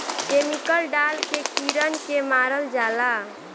chemical डाल के कीड़न के मारल जाला